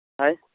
ᱦᱳᱭ